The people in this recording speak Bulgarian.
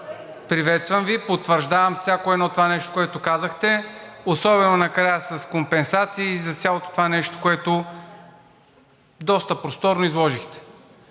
Приветствам Ви, потвърждавам всяко едно нещо, което казахте, особено накрая с компенсации за цялото това нещо, което доста просторно изложихте.